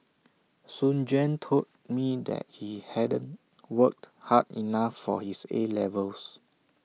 Soon Juan told me that he hadn't worked hard enough for his A levels